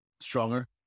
stronger